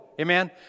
Amen